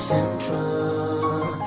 Central